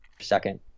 second